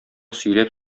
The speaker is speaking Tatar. сөйләп